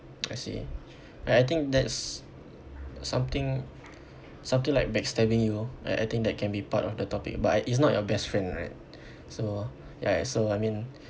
I see I I think that's something something like backstabbing you like I think that can be part of the topic but I it's not your best friend right so ya so I mean